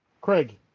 Craig